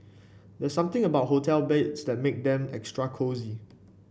there's something about hotel beds that make them extra cosy